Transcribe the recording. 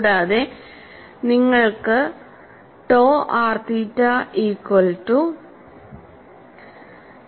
കൂടാതെ നിങ്ങൾക്ക് to r theta equal to